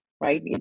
Right